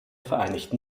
vereinigten